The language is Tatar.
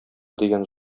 дигән